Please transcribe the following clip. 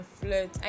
flirt